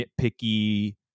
nitpicky